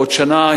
בעוד שנה,